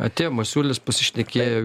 atėjo masiulis pasišnekėjo